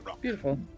Beautiful